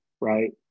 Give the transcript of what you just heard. right